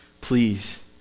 please